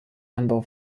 anbau